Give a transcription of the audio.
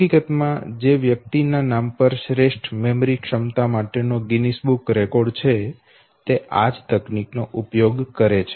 હકીકત માં જે વ્યક્તિ ના નામ પર શ્રેષ્ઠ મેમરી ક્ષમતા માટે ગિનિસ બુક રેકોર્ડ છે તે આ જ તકનીક નો ઉપયોગ કરે છે